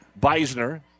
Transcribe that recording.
Beisner